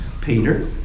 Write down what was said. Peter